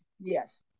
Yes